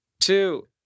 Two